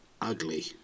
ugly